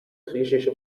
griechische